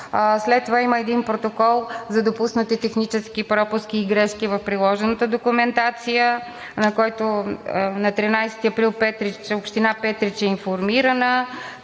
След това има един протокол за допуснати технически пропуски и грешки в приложената документация, за който на 13 април община Петрич е информирана.